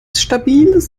stabiles